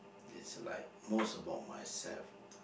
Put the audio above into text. it's like most about myself